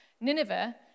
Nineveh